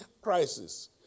crisis